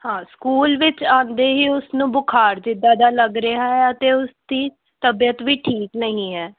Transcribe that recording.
ਹਾਂ ਸਕੂਲ ਵਿੱਚ ਆਉਂਦੇ ਹੀ ਉਸ ਨੂੰ ਬੁਖਾਰ ਜਿੱਦਾਂ ਦਾ ਲੱਗ ਰਿਹਾ ਹੈ ਅਤੇ ਉਸ ਦੀ ਤਬੀਅਤ ਵੀ ਠੀਕ ਨਹੀਂ ਹੈ